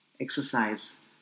Exercise